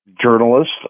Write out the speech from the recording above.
journalist